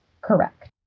correct